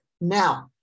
Now